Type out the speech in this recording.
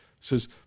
says